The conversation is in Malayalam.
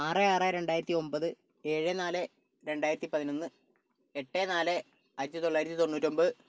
ആറ് ആറ് രണ്ടായിരത്തി ഒൻപത് എഴ് നാല് രണ്ടായിരത്തി പതിനൊന്ന് എട്ട് നാല് ആയിരത്തി തൊള്ളായിരത്തി തൊണ്ണൂറ്റി ഒൻപത്